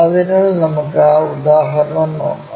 അതിനാൽ നമുക്ക് ആ ഉദാഹരണം നോക്കാം